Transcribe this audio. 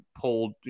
pulled